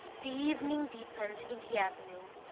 the evening deepened in the avenue.